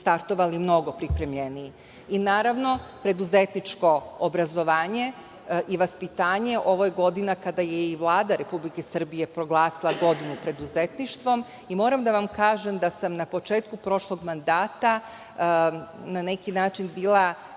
startovali mnogo pripremljeniji. Naravno, preduzetničko obrazovanje i vaspitanje, ovo je godina kada je i Vlada Republike Srbije proglasila godinu preduzetništva. Moram da vam kažem da sam na početku prošlog mandata na neki način bila